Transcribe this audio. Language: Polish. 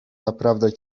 naprawdę